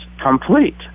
complete